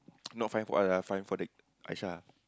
not find for us ah find for the Aisyah